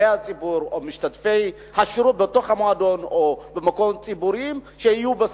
הציבור או משתתפי השירות בתוך המועדון או במקומות ציבוריים שיהיו בסכנה.